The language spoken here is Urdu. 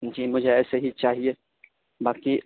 جی مجھے ایسے ہی چاہیے باقی